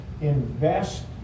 invest